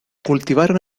cultivaron